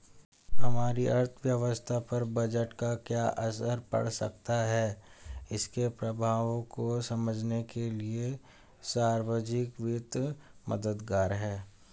हमारी अर्थव्यवस्था पर बजट का क्या असर पड़ सकता है इसके प्रभावों को समझने के लिए सार्वजिक वित्त मददगार है